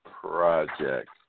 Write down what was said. Project